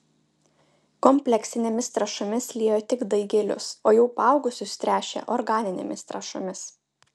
kompleksinėmis trąšomis liejo tik daigelius o jau paaugusius tręšė organinėmis trąšomis